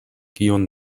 kion